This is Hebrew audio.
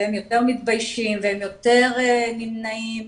והם יותר מתביישים ויותר נמנעים.